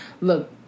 look